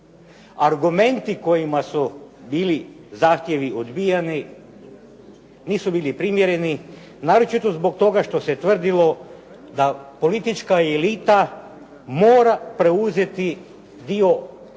argumenti kojima su bili zahtjevi odbijani nisu bili primjereni, naročito zbog toga što se tvrdilo da politička elita mora preuzeti dio povijesne